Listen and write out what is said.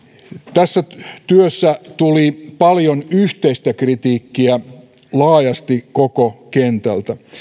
tässä työssä tuli paljon yhteistä kritiikkiä laajasti koko kentältä